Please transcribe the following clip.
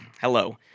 hello